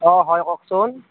অঁ হয় কওকচোন